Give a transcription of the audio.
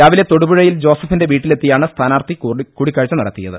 രാവിലെ തൊടുപുഴയിൽ ജോസഫിന്റെ വീട്ടിലെത്തിയാണ് സ്ഥാനാർത്ഥി കൂടിക്കാഴ്ച നടത്തിയത്